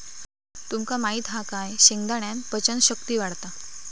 तुमका माहित हा काय शेंगदाण्यान पचन शक्ती वाढता